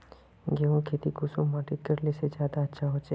गेहूँर खेती कुंसम माटित करले से ज्यादा अच्छा हाचे?